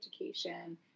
education